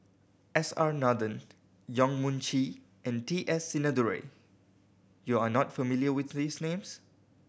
S R Nathan Yong Mun Chee and T S Sinnathuray you are not familiar with these names